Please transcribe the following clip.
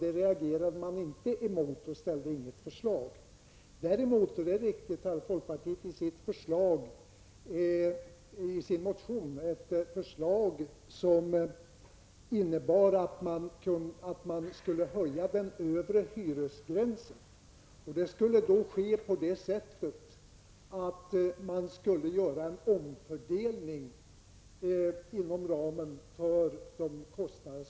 Man reagerade alltså inte mot detta och ställde inget förslag. Däremot är det riktigt att folkpartiet i sin motion hade ett förslag om att höja den övre hyresgränsen. Det skulle ske på det sättet att man skulle göra en omfördelning inom ramen för nuvarande kostnader.